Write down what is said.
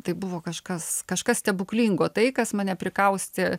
tai buvo kažkas kažkas stebuklingo tai kas mane prikaustė